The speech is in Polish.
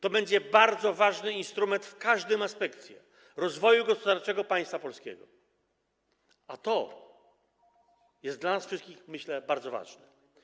To będzie bardzo ważny instrument w każdym aspekcie rozwoju gospodarczego państwa polskiego, a to jest dla nas wszystkich, myślę, bardzo ważne.